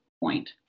point